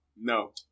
no